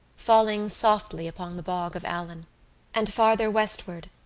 falling softly upon the bog of allen and, farther westward,